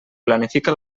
planifica